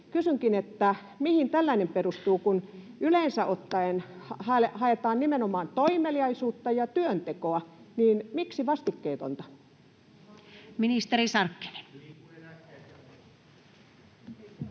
Kysynkin: Mihin tällainen perustuu? Kun yleensä ottaen haetaan nimenomaan toimeliaisuutta ja työntekoa, niin miksi vastikkeetonta? [Speech